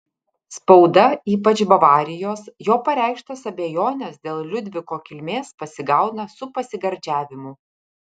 spauda ypač bavarijos jo pareikštas abejones dėl liudviko kilmės pasigauna su pasigardžiavimu